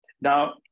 Now